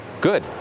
good